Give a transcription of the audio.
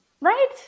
Right